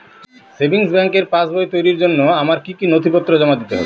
Savings ব্যাংকের পাসবই তৈরির জন্য আমার কি কি নথিপত্র জমা দিতে হবে?